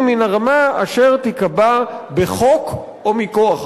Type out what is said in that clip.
מן הרמה אשר תיקבע בחוק או מכוח החוק.